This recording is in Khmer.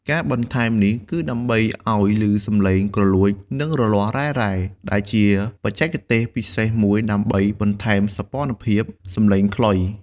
ការបន្ថែមនេះគឺដើម្បីឲ្យឮសំឡេងគ្រលួច និងរលាស់ "រ៉ែៗ" ដែលជាបច្ចេកទេសពិសេសមួយដើម្បីបន្ថែមសោភ័ណភាពសំឡេងខ្លុយ។